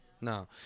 No